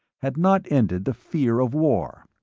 had not ended the fear of war.